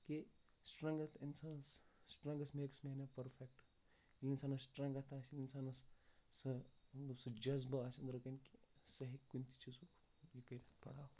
کہِ سٹرٛنٛگٕتھ اِنسانَس strength makes man a perfect ییٚلہِ اِنسانَس سٹرٛنٛگٕتھ آسہِ ییٚلہِ اِنسانَس سۄ سُہ جَذبہٕ آسہِ أندرٕکٮ۪ن کہِ سُہ ہیٚکہِ کُنہِ تہِ چیٖزُک یہِ کٔرِتھ بَرابَر